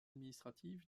administratif